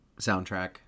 Soundtrack